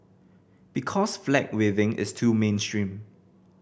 because flag waving is too mainstream